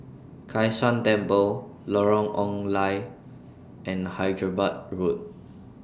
Kai San Temple Lorong Ong Lye and Hyderabad Road